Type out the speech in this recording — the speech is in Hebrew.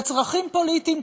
לצרכים פוליטיים,